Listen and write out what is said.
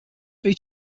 three